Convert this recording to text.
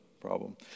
problem